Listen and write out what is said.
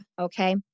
Okay